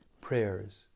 Prayers